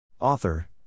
Author